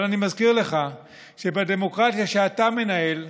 אבל אני מזכיר לך שבדמוקרטיה שאתה מנהל,